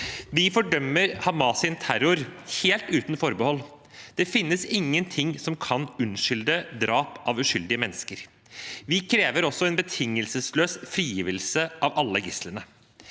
Vi fordømmer Hamas’ terror, helt uten forbehold. Det finnes ingenting som kan unnskylde drap på uskyldige mennesker. Vi krever også en betingelsesløs frigivelse av alle gislene.